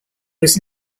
was